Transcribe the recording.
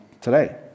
today